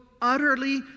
utterly